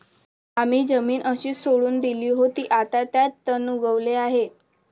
आम्ही जमीन अशीच सोडून दिली होती, आता त्यात तण उगवले आहे